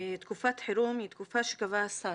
תקופת חירום היא תקופה שקבע השר.